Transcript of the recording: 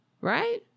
right